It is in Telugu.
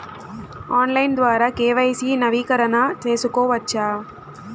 ఆన్లైన్ ద్వారా కె.వై.సి నవీకరణ సేసుకోవచ్చా?